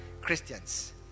Christians